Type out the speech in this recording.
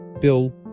Bill